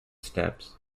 steps